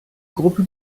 gruppe